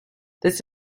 this